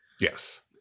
Yes